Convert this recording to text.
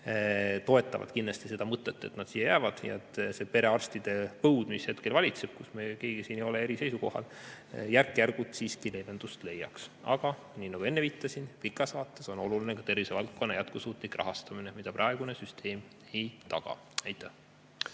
toetavad kindlasti seda, et nad siia jäävad ja see perearstide põud, mis hetkel valitseb – selles me keegi siin ei ole erineval seisukohal –, järk-järgult siiski leevendust leiaks. Aga nii nagu enne viitasin, pikas vaates on oluline ka tervisevaldkonna jätkusuutlik rahastamine, mida praegune süsteem ei taga. Aitäh,